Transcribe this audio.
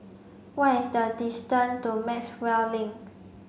what is the distance to Maxwell Link